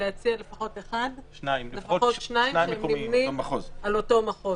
להציע לפחות שניים שנמנים על אותו מחוז